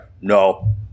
no